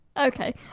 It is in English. Okay